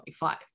2025